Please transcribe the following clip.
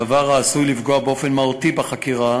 דבר העשוי לפגוע באופן מהותי בחקירה